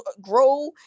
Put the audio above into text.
grow